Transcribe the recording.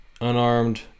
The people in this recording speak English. unarmed